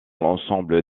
l’ensemble